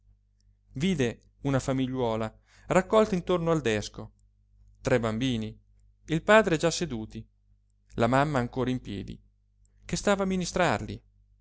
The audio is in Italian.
vide una famigliuola raccolta intorno al desco tre bambini il padre già seduti la mamma ancora in piedi che stava